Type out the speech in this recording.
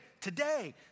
Today